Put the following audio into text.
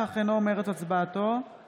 משתתף בהצבעה